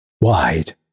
wide